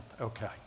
Okay